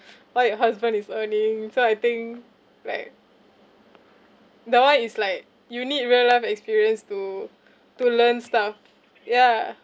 what your husband is earning so I think like that [one] is like you need real life experience to to learn stuff yeah